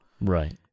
Right